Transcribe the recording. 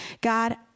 God